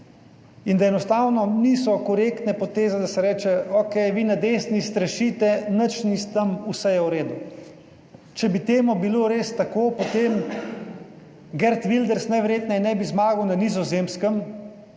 in da enostavno niso korektne poteze, da se reče, okej, vi na desni strašite, nič ni s tem, vse je v redu. Če bi temu bilo res tako, potem Geert Wilders najverjetneje ne bi zmagal na Nizozemske,